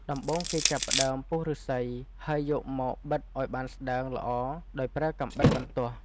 ដំបូង គេចាប់ផ្តើម ពុះឫស្សី ហើយយកមក បិតឲ្យបានស្តើងល្អដោយប្រើកាំបិតបន្ទោះ។